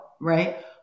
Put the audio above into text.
Right